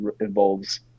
involves